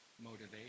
motivation